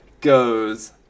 goes